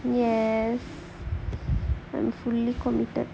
ya and fully committed